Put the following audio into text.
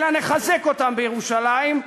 אלא נחזק אותם בירושלים,